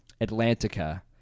Atlantica